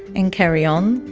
and carry on.